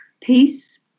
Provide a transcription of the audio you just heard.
Peace